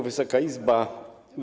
Wysoka Izbo!